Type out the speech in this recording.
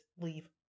leave